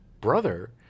brother